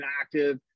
active